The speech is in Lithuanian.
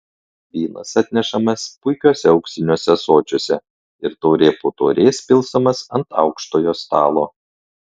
vynas atnešamas puikiuose auksiniuose ąsočiuose ir taurė po taurės pilstomas ant aukštojo stalo